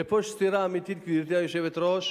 ופה יש סתירה אמיתית, גברתי היושבת-ראש,